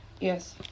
Yes